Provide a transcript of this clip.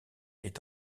est